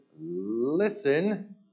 listen